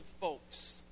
folks